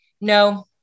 No